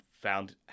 found